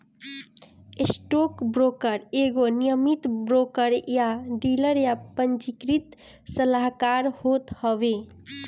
stockbroker एगो नियमित broker या डीलर या पंजीकृत सलाहकार होत हवे